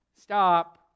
stop